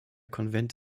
konvent